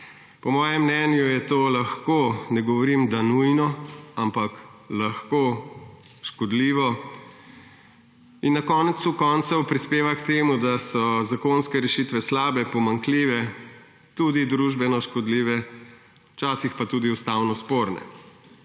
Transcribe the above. Po mojem mnenju je to lahko – ne govorim, da nujno, ampak lahko – škodljivo in na koncu koncev prispeva k temu, da so zakonske rešitve slabe, pomanjkljive, tudi družbeno škodljive, včasih pa tudi ustavno sporne.